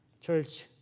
Church